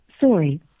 Sorry